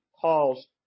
calls